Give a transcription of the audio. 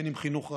אם בחינוך רגיל,